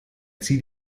zieh